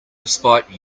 despite